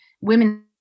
women